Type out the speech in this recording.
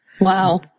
Wow